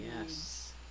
yes